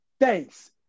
thanks